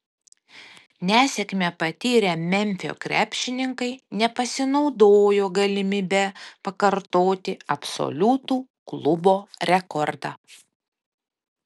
nesėkmę patyrę memfio krepšininkai nepasinaudojo galimybe pakartoti absoliutų klubo rekordą